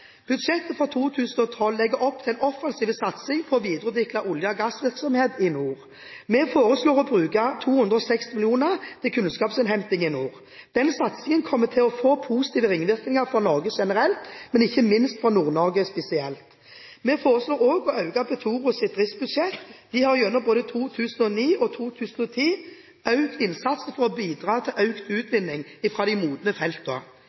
Budsjettet for 2012 legger opp til en offensiv satsing på å videreutvikle olje- og gassvirksomhet i nord. Vi foreslår å bruke 260 mill. kr til kunnskapsinnhenting i nord. Den satsingen kommer til å få positive ringvirkninger for Norge generelt, men ikke minst for Nord-Norge spesielt. Vi foreslår også å øke Petoros driftsbudsjett. De har gjennom både 2009 og 2010 økt innsatsen for å bidra til økt utvinning fra de modne